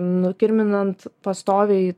nukirminant pastoviai